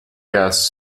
gas